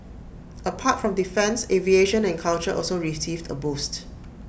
apart from defence aviation and culture also received A boost